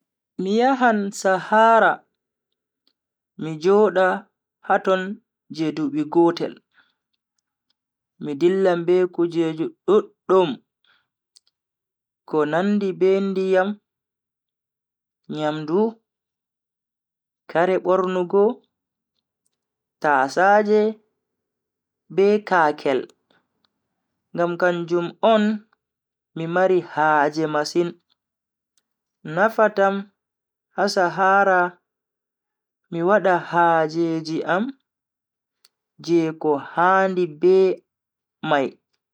Mi yahan sahara mi joda haton je dubi gotel. mi dillan be kujeji duddum ko nandi be ndiyam, nyamdu, kare bornugo, tasaje, be kakel ngam kanjum on mi mari haaje masin, nafatam ha sahara mi wada hajeji am je ko handi be mai.